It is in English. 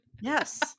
Yes